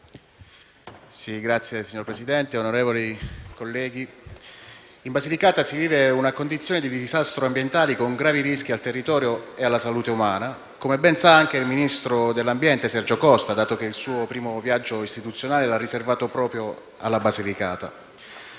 *(M5S)*. Signor Presidente, onorevoli colleghi, in Basilicata si vive una condizione di disastro ambientale con gravi rischi per il territorio e per la salute umana, come ben sa anche il ministro dell'ambiente, Sergio Costa, dato che il suo primo viaggio istituzionale l'ha riservato proprio alla Basilicata.